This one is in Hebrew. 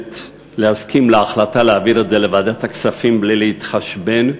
להסכים להחלטה להעביר את זה לוועדת הכספים בלי להתחשבן.